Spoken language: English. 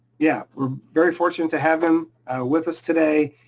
yeah, we're very fortunate to have him with us today.